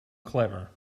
clever